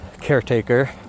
caretaker